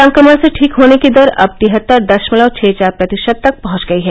संक्रमण से ठीक होने की दर अब तिहत्तर दशमलव छह चार प्रतिशत तक पंहच गई है